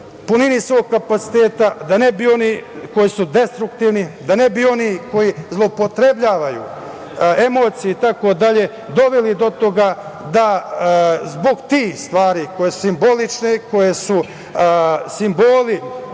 punoći svog kapaciteta, da ne bi oni koji su destruktivni, da ne bi oni koji zloupotrebljavaju emocije doveli do toga da zbog tih stvari, koje su simbolične, koje su simboli